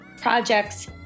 projects